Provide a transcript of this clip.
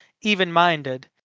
even-minded